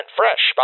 fresh